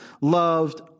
loved